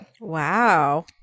Wow